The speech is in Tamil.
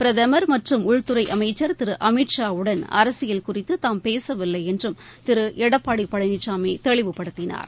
பிரதமர் மற்றும் உள்துறை அனமச்சள் திரு அமித்ஷா வுடள் அரசியல் குறிதது தாம் பேசவில்லை என்றும் திரு எடப்பாடி பழனிசாமி தெளிவுபடுத்தினார்